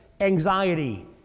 anxiety